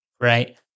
right